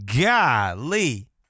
Golly